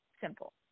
simple